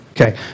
Okay